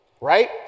right